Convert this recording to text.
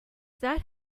that